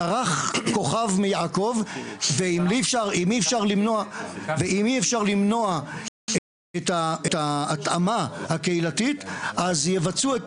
דרך כוכב מיעקב ואם אי אפשר למנוע את ההתאמה הקהילתית אז יבצעו את